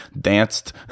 danced